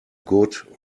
good